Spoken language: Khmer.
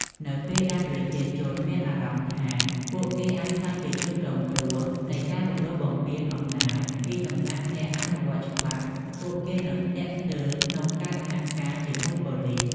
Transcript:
នៅពេលដែលប្រជាជនមានអារម្មណ៍ថា ពួកគេអាចក្លាយជាជនរងគ្រោះនៃការរំលោភបំពានអំណាចពីសំណាក់អ្នកអនុវត្តច្បាប់ ពួកគេនឹង ស្ទាក់ស្ទើរក្នុងការសហការជាមួយប៉ូលីស។